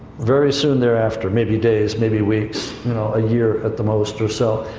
very soon thereafter. maybe days, maybe weeks, you know, a year, at the most, or so.